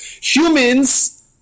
Humans